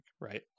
right